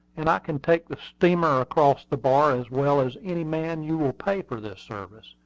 and i can take the steamer across the bar as well as any man you will pay for this service,